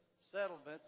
settlements